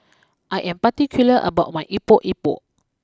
I am particular about my Epok Epok